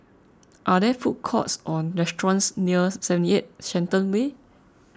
are there food courts or restaurants near seventy eight Shenton Way